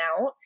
out